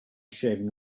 shaving